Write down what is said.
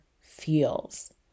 feels